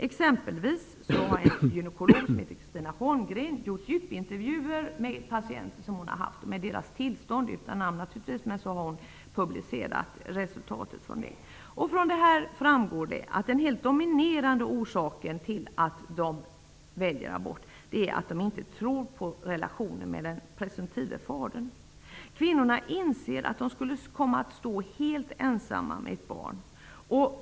Exempelvis har en gynekolog som heter Kristina Holmgren gjort djupintervjuer med patienter som hon har haft och med deras tillstånd -- utan namn naturligtvis -- publicerat resultatet. Av dessa intervjuer framgår att den helt dominerande orsaken till att kvinnor väljer abort är att de inte tror på relationen med den presumtive fadern. Kvinnorna inser att de skulle komma att stå helt ensamma med ett barn.